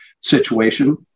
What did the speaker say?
situation